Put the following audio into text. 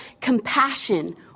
compassion